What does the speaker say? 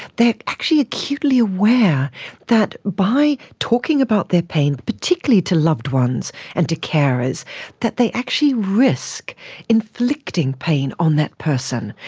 actually acutely aware that by talking about their pain, particularly to loved ones and to carers, that they actually risk inflicting pain on that person.